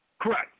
Correct